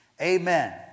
Amen